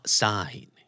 sign